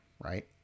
right